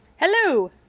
Hello